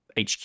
HQ